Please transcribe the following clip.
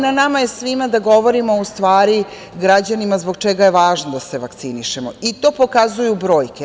Na nama svima je da govorimo građanima zbog čega je važno da se vakcinišemo, i to pokazuju brojke.